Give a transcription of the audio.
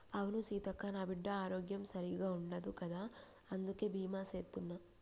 అవును సీతక్క, నా బిడ్డ ఆరోగ్యం సరిగ్గా ఉండదు కదా అందుకే బీమా సేత్తున్న